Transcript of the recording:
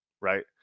Right